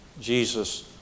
Jesus